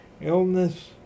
illness